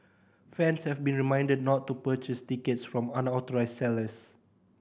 fans have been reminded not to purchase tickets from unauthorised sellers